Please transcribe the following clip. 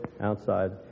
outside